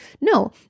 No